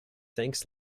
thanks